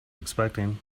expecting